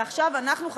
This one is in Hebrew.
ועכשיו אנחנו,